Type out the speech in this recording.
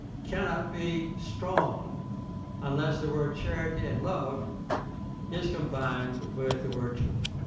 cannot be strong unless the word charity and love is combined with the word truth.